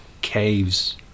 caves